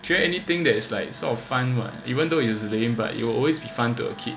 create anything that is like sort of fun [what] even though is lame but it will always be fun to a kid